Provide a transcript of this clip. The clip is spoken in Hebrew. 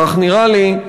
כך נראה לי,